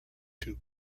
two